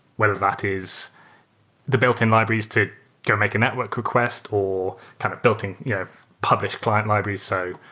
whether that is the built-in libraries to go make a network request or kind of built-in yeah publish client libraries. so